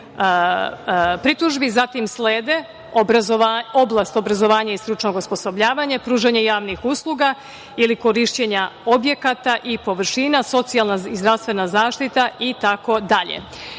pritužbi, zatim slede oblast obrazovanja i stručno osposobljavanje, pružanje javnih usluga ili korišćenja objekata i površina, socijalna i zdravstvena zaštita,